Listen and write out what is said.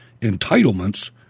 entitlements